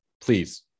please